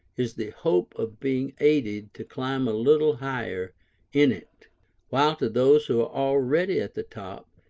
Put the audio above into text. is the hope of being aided to climb a little higher in it while to those who are already at the top,